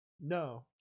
No